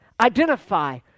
identify